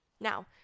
Now